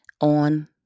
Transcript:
on